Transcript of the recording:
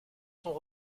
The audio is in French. sont